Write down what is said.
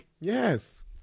Yes